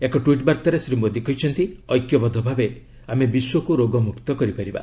ଏକ ଟ୍ପିଟ ବାର୍ତ୍ତାରେ ଶ୍ରୀ ମୋଦୀ କହିଛନ୍ତି ଐକ୍ୟବଦ୍ଧ ଭାବେ ଆମେ ବିଶ୍ୱକୁ ରୋଗମୁକ୍ତ କରିପାରିବା